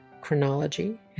chronology